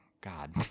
God